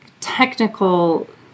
technical